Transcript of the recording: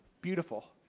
beautiful